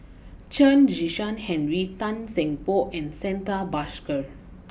Chen Kezhan Henri Tan Seng Poh and Santha Bhaskar